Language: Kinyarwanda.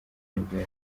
nibwo